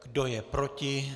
Kdo je proti?